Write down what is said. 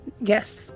Yes